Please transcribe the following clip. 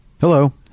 hello